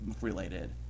related